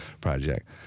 project